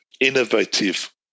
innovative